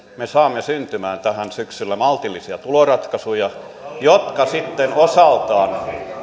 me saamme syksyllä syntymään tähän maltillisia tuloratkaisuja jotka sitten osaltaan